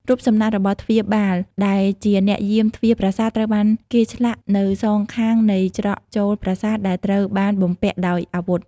រូបសំណាករបស់ទ្វារបាលដែលជាអ្នកយាមទ្វារប្រាសាទត្រូវបានគេឆ្លាក់នៅសងខាងនៃច្រកចូលប្រាសាទដែលត្រូវបានបំពាក់ដោយអាវុធ។